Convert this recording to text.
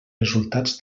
resultats